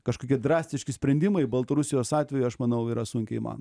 kažkokie drastiški sprendimai baltarusijos atveju aš manau yra sunkiai įmano